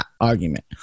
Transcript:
argument